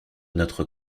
notre